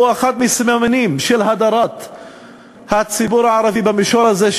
הוא אחד מהסממנים של הדרת הציבור הערבי במישור הזה,